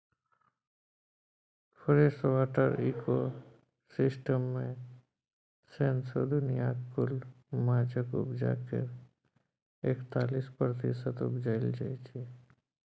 freshwater ecosystem मे सौसें दुनियाँक कुल माछक उपजा केर एकतालीस प्रतिशत उपजाएल जाइ छै